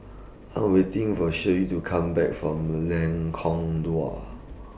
I'm waiting For Shelley to Come Back from Lengkong Dua